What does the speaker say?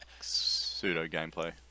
pseudo-gameplay